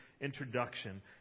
introduction